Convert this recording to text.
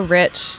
rich